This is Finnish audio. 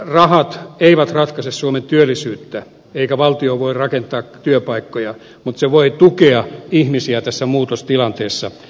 työllisyysrahat eivät ratkaise suomen työllisyyttä eikä valtio voi rakentaa työpaikkoja mutta se voi tukea ihmisiä tässä muutostilanteessa